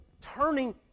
turning